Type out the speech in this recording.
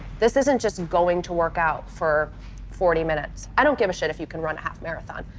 this isn't just going to work out for forty minutes. i don't give a shit if you can run a half marathon.